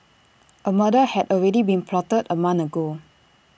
A murder had already been plotted A month ago